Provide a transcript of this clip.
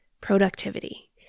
productivity